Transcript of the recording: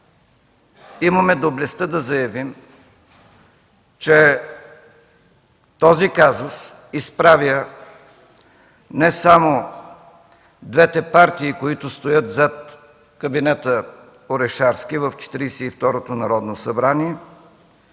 имаме доблестта да заявим, че този казус изправя не само двете партии, които стоят зад кабинета Орешарски в Четиридесет